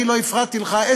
אני לא הפרעתי לך,